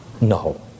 no